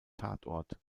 tatort